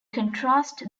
contrast